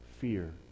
fear